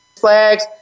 Flags